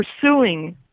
pursuing